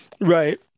Right